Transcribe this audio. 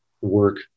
work